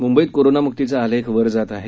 मुंबईत कोरोनामुक्तीचा आलेख वर जात आहे